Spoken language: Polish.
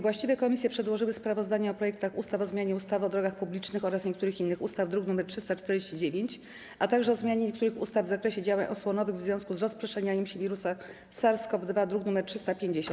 Właściwe komisje przedłożyły sprawozdania o projektach ustaw: - o zmianie ustawy o drogach publicznych oraz niektórych innych ustaw, druk nr 349, - o zmianie niektórych ustaw w zakresie działań osłonowych w związku z rozprzestrzenianiem się wirusa SARS-CoV-2, druk nr 350.